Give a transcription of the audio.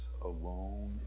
alone